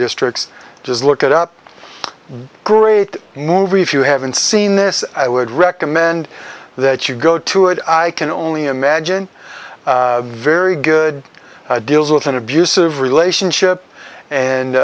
districts just look it up great movie if you haven't seen this i would recommend that you go to it i can only imagine very good deals with an abusive relationship and